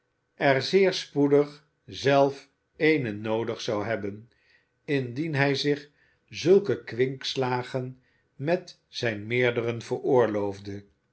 en zeer spoedig zelf eene noodig zou hebben indien hij zich zulke kwinkslagen met zijn meerderen veroorloofde